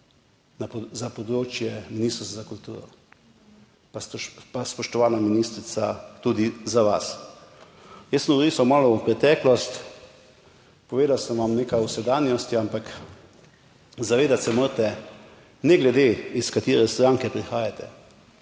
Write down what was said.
za področje Ministrstva za kulturo, pa spoštovana ministrica, tudi za vas. Jaz sem orisal malo v preteklost, povedal sem vam nekaj o sedanjosti, ampak zavedati se morate, ne glede iz katere stranke prihajate,